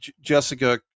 Jessica